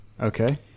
okay